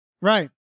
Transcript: Right